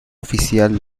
oficial